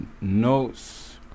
Notes